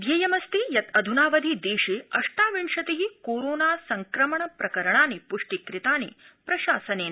ध्येयमस्ति यत् अध्नावधि देशे अष्टाविंशति कोरोना संक्रमण प्रकरणानि प्ष्टिकृतानि प्रशासनेन